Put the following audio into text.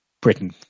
Britain